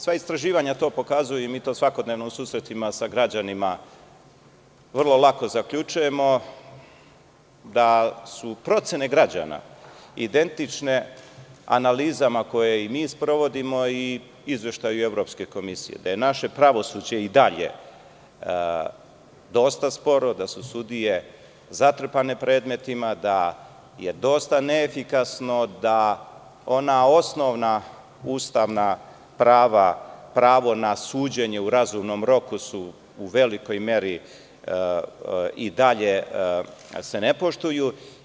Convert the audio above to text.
Sva istraživanja to pokazuju, i to svakodnevno u susretima sa građanima vrlo lako zaključujemo da su procene građana identične analizama koje mi sprovodimo i izveštaja Evropske komisije, da je naše pravosuđe i dalje dosta sporo, da su sudije zatrpane predmetima, da je dosta neefiksano, da ona osnovna ustavna prava, pravo na suđenje u razumnom roku su u velikoj meri i dalje se ne poštuju.